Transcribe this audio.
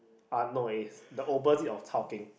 uh no it's the opposite of chao keng